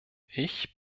ich